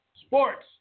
Sports